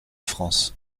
france